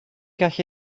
gallu